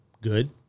good